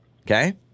Okay